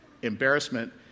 embarrassment